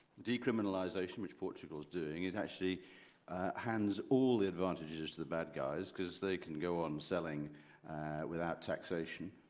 decriminalization, which portugal is doing, is actually handing all the advantages to the bad guys, because they can go on selling without taxation.